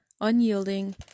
unyielding